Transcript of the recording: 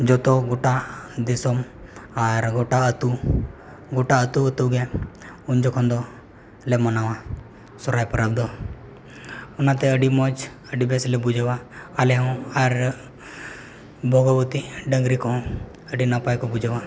ᱡᱚᱛᱚ ᱜᱚᱴᱟ ᱫᱤᱥᱚᱢ ᱟᱨ ᱜᱚᱴᱟ ᱟᱹᱛᱩ ᱜᱚᱴᱟ ᱟᱹᱛᱩᱼᱟᱹᱛᱩ ᱜᱮ ᱩᱱ ᱡᱚᱠᱷᱚᱱ ᱫᱚᱞᱮ ᱢᱟᱱᱟᱣᱟ ᱥᱚᱨᱦᱟᱭ ᱯᱚᱨᱚᱵᱽ ᱫᱚ ᱚᱱᱟᱛᱮ ᱟᱹᱰᱤ ᱢᱚᱡᱽ ᱟᱹᱰᱤ ᱵᱮᱥᱞᱮ ᱵᱩᱡᱷᱟᱹᱣᱟ ᱟᱞᱮ ᱦᱚᱸ ᱟᱨ ᱵᱷᱚᱜᱚᱵᱚᱛᱤ ᱰᱟᱹᱝᱨᱤ ᱠᱚᱦᱚᱸ ᱟᱹᱰᱤ ᱱᱟᱯᱟᱭ ᱠᱚ ᱵᱩᱡᱷᱟᱹᱣᱟ